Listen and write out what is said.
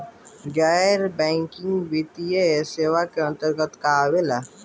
गैर बैंकिंग वित्तीय सेवाए के अन्तरगत का का आवेला?